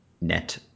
net